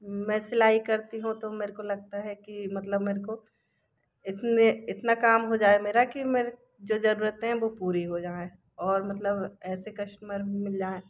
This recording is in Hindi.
मैं सिलाई करती हूँ तो मेरे को लगता है कि मतलब मेरे को इतने इतना काम हो जाए मेरा कि मैं जो जरूरत है वो पूरी हो जाए और मतलब ऐसे कस्टमर मिल जाए